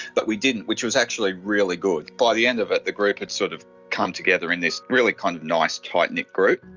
but we didn't, which was actually really good. by the end of it the group had sort of come together in this really kind of nice, tight-knit group.